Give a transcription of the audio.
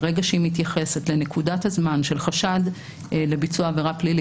ברגע שהיא מתייחסת לנקודת הזמן של חשד לביצוע עבירה פלילית